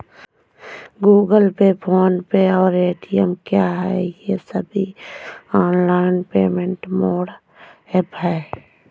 Google Pay PhonePe और Paytm क्या ये सभी ऑनलाइन पेमेंट मोड ऐप हैं?